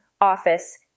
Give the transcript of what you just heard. office